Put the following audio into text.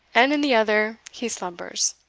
and in the other he slumbers.